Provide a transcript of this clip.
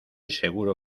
seguro